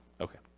Okay